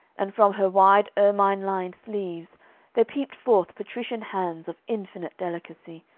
and from her wide ermine-lined sleeves there peeped forth patrician hands of infinite delicacy,